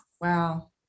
Wow